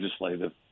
legislative